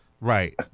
Right